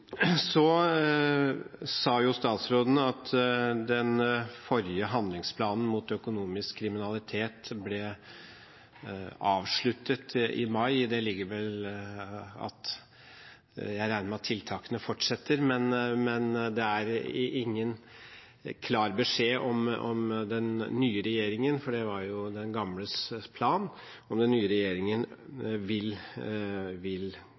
Så sa statsråden at den forrige handlingsplanen mot økonomisk kriminalitet ble avsluttet i mai. Jeg regner med at tiltakene fortsetter, men det er ingen klar beskjed fra den nye regjeringen – det var den gamle regjeringens plan – om den